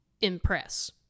impress